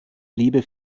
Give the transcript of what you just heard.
liebe